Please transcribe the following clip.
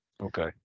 Okay